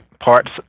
parts